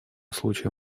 случае